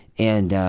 and